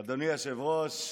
אדוני היושב-ראש,